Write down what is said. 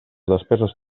despeses